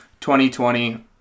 2020